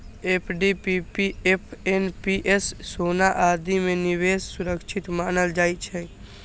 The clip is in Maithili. एफ.डी, पी.पी.एफ, एन.पी.एस, सोना आदि मे निवेश सुरक्षित मानल जाइ छै